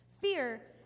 fear